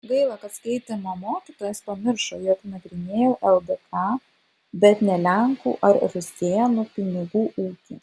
gaila kad skaitymo mokytojas pamiršo jog nagrinėjau ldk bet ne lenkų ar rusėnų pinigų ūkį